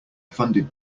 funded